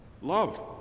love